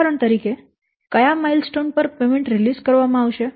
ઉદાહરણ તરીકે ક્યા માઈલસ્ટોન પર પેમેન્ટ રિલીઝ કરવામાં આવશે